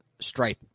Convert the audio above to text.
Stripe